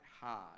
hard